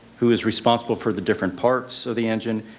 who is responsible for the different parts of the engine,